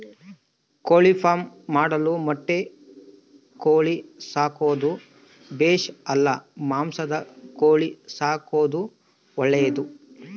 ಕೋಳಿಫಾರ್ಮ್ ಮಾಡಲು ಮೊಟ್ಟೆ ಕೋಳಿ ಸಾಕೋದು ಬೇಷಾ ಇಲ್ಲ ಮಾಂಸದ ಕೋಳಿ ಸಾಕೋದು ಒಳ್ಳೆಯದೇ?